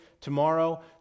tomorrow